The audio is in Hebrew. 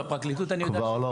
כבר לא.